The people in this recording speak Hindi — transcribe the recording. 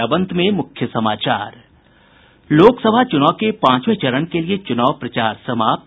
और अब अंत में मुख्य समाचार लोकसभा चूनाव के पांचवे चरण के लिए चूनाव प्रचार समाप्त